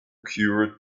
cured